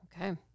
Okay